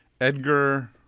Edgar